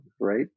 right